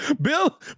Bill